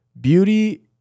Beauty